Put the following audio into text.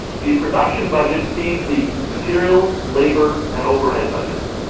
the production budget feeds the materials, labor, and overhead budgets.